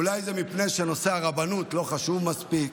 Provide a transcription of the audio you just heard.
אולי זה מפני שנושא הרבנות לא חשוב מספיק,